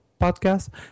podcast